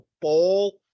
ball